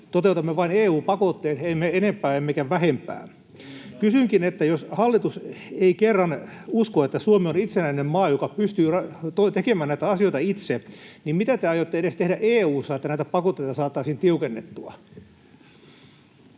toteutamme vain EU-pakotteet, emme enempää emmekä vähempää. Kysynkin: jos hallitus ei kerran usko, että Suomi on itsenäinen maa, joka pystyy tekemään näitä asioita itse, niin mitä te aiotte tehdä edes EU:ssa, että näitä pakotteita saataisiin tiukennettua?